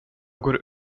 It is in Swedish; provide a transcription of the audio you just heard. går